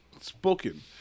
spoken